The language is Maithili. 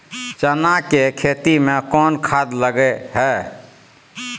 चना के खेती में कोन खाद लगे हैं?